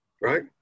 Right